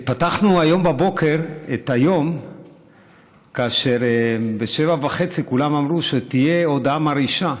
פתחנו היום בבוקר את היום כאשר ב-07:30 כולם אמרו שתהיה הודעה מרעישה.